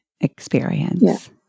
experience